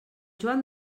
joan